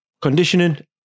conditioning